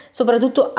soprattutto